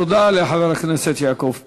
תודה לחבר הכנסת יעקב פרי.